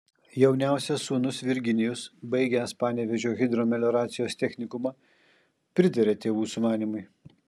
jauniausias sūnus virginijus baigęs panevėžio hidromelioracijos technikumą pritarė tėvų sumanymui